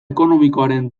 ekonomikoaren